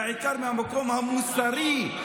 בעיקר מהמקום המוסרי,